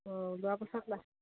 অঁ ৰুৱা পাছত লা